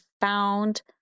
found